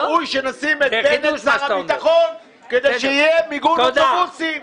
ראוי שנשים את בנט שר הביטחון כדי שיהיה מיגון אוטובוסים.